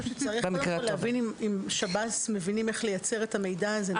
צריך להבין אם שב"ס מבינים איך לייצר את המידע הזה.